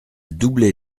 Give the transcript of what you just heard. doubler